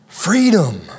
Freedom